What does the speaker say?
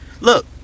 look